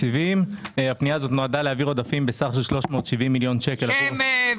הפנייה נועדה להעביר סך של 370 מיליון שקל עבור